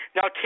Now